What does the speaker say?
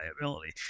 reliability